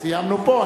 סיימנו פה.